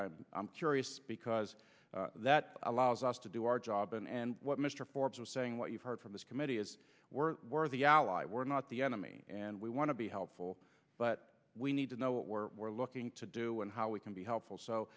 reports i'm curious because that allows us to do our job and and what mr forbes was saying what you've heard from this committee is we're the ally we're not the enemy and we want to be helpful but we need to know what we're looking to do and how we can be helpful so